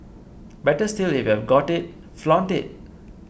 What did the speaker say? better still if you've got it flaunt it